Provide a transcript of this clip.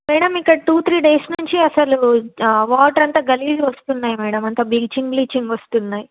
madam ఇక్కడ two three days నుంచి అసలు వాటర్ అంతా గలీజ్గా వస్తున్నాయి మ్యాడమ్ అంత బ్లీచింగ్ బ్లీచింగ్ వస్తున్నాయి